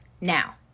now